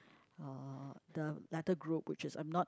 uh the latter group which is I'm not